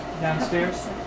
downstairs